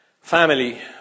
family